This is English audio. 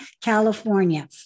California